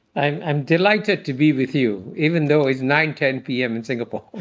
i'm i'm delighted to be with you, even though it's nine ten p. m. in singapore.